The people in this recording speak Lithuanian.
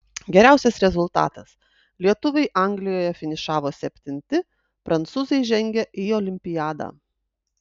geriausias rezultatas lietuviai anglijoje finišavo septinti prancūzai žengė į olimpiadą